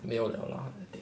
没有 liao lah